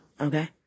Okay